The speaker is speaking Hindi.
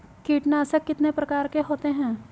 कीटनाशक कितने प्रकार के होते हैं?